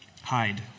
hide